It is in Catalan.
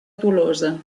tolosa